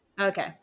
Okay